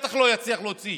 בטח לא יצליח להוציא